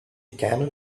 camel